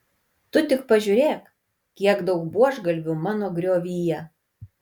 tu tik pažiūrėk kiek daug buožgalvių mano griovyje